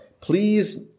Please